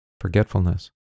forgetfulness